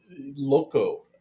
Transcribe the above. Loco